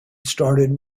started